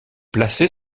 placé